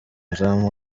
izamu